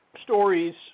stories